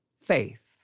faith